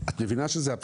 את מבינה שזה אבסורד?